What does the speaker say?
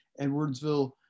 edwardsville